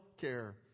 care